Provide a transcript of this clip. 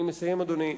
אני מסיים, אדוני.